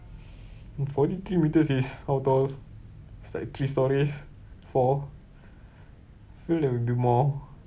forty three metres is how tall it's like three storeys four feel like it'll be more